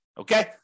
Okay